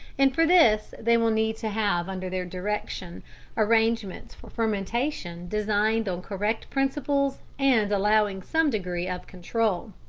and for this they will need to have under their direction arrangements for fermentation designed on correct principles and allowing some degree of control.